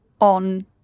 on